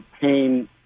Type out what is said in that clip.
pain